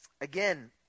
again